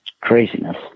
craziness